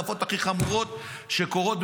ההדלפות הכי חמורות שקורות,